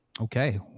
Okay